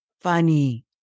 funny